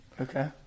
Okay